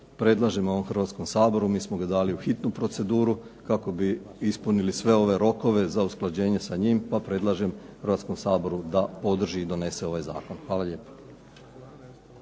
predlažemo ovom Hrvatskom saboru, mi smo ga dali u hitnu proceduru kako bi ispunili sve ove rokove za usklađenje sa njim, pa predlažem Hrvatskom saboru da podrži i donese ovaj zakon. Hvala lijepo.